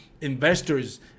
investors